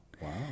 Wow